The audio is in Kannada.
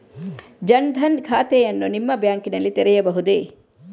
ಜನ ದನ್ ಖಾತೆಯನ್ನು ನಿಮ್ಮ ಬ್ಯಾಂಕ್ ನಲ್ಲಿ ತೆರೆಯಬಹುದೇ?